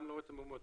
גם לא את המועמדים.